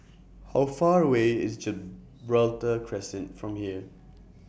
How Far away IS Gibraltar Crescent from here